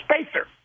spacer